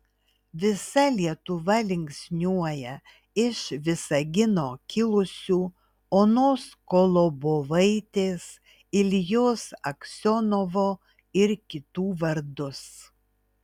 visa lietuva linksniuoja iš visagino kilusių onos kolobovaitės iljos aksionovo ir kitų vardus